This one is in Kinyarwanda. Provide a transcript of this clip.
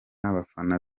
abafana